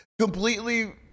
completely